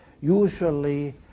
usually